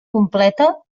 completa